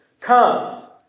come